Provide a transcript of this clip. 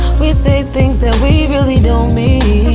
we say things that we really don't mean